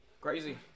Crazy